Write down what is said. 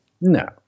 No